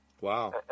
Wow